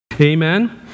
Amen